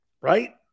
Right